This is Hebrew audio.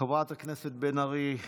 חברת הכנסת בן ארי,